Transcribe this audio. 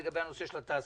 לגבי הנושא של התעסוקה,